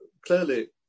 clearly